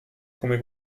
come